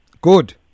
Good